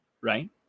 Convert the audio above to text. right